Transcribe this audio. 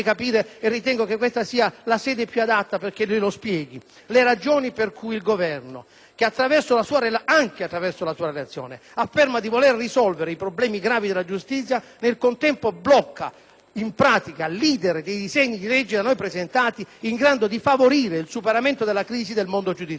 per cui il Governo, che anche attraverso la sua relazione afferma di voler risolvere i problemi gravi della giustizia, nel contempo blocca in pratica l'*iter* dei disegni di legge da noi presentati in grado di favorire il superamento della crisi del mondo giudiziario. Eppure abbiamo offerto alla maggioranza di affiancarci nella presentazione di quei disegni di legge,